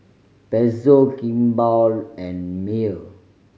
Pezzo Kimball and Mayer